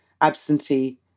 absentee